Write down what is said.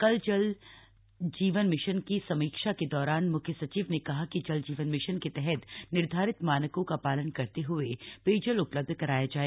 कल जल जीवन की समीक्षा के मिशन दौरान मुख्य सचिव ने कहा कि जल जीवन मिशन के तहत निर्धारित मानकों का पालन करते हुए पेयजल उपलब्ध कराया जाय